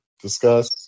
discuss